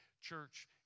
Church